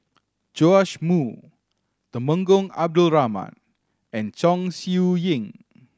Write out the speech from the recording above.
Joash Moo Temenggong Abdul Rahman and Chong Siew Ying